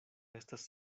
estas